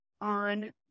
on